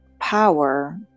power